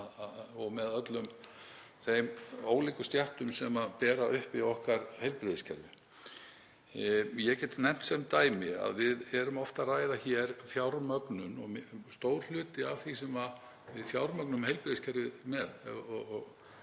og með öllum þeim ólíku stéttum sem bera uppi heilbrigðiskerfi okkar. Ég get nefnt sem dæmi að við erum oft að ræða hér fjármögnun og stór hluti af því sem við fjármögnum heilbrigðiskerfið með